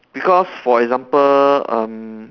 because for example um